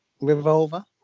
Revolver